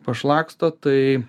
pašlaksto tai